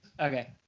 Okay